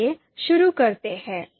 चलिए शुरू करते हैं